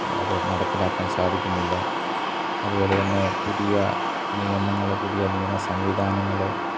അത് നടപ്പിലാക്കാൻ സാധിക്കുന്നില്ല അതുപോലെത്തന്നെ പുതിയ നിയമങ്ങൾ പുതിയ നിയമ സംവിധാനങ്ങൾ